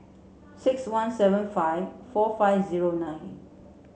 six one seven five four five zero nine